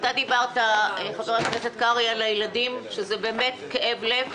אתה חבר הכנסת קרעי דיברת על הילדים שזה באמת כאב לב,